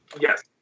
Yes